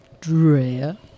Drea